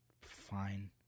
fine